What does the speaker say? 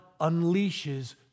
unleashes